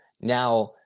Now